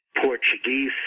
Portuguese